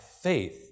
faith